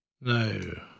no